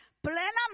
plenamente